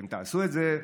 אתם תעשו את זה,